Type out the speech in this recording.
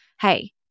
hey